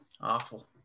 Awful